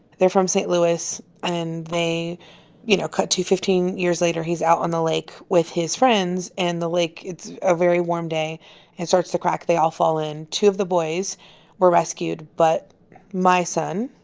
they're from st. louis. and they you know, cut to fifteen years later. he's out on the lake with his friends. and the lake it's a very warm day it starts to crack. they all fall in two of the boys were rescued, but my son,